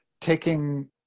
taking